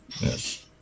Yes